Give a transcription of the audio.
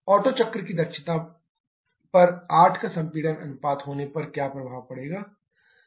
auto चक्र की दक्षता पर 8 का संपीड़न अनुपात होने पर क्या प्रभाव पड़ता है